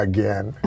Again